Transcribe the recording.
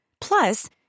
Plus